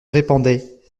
répandait